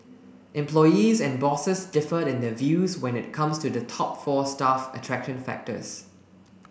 employees and bosses differed in their views when it comes to the top four staff attraction factors